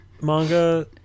manga